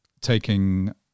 taking